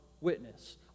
witness